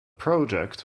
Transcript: project